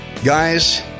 Guys